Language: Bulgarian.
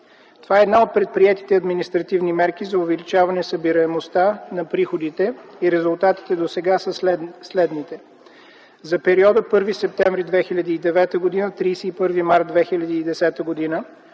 Това е една от предприетите административни мерки за увеличаване събираемостта на приходите и резултатите досега са следните. За периода 1 септември 2009 – 31 март 2010 г.